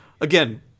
again